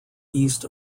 east